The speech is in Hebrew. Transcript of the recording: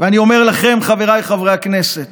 ואני אומר לכם, חבריי חברי הכנסת,